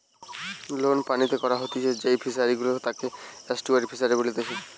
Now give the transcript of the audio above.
লোনা পানিতে করা হতিছে যেই ফিশারি গুলা তাকে এস্টুয়ারই ফিসারী বলেতিচ্ছে